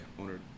owner